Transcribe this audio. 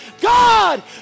God